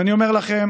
ואני אומר לכם,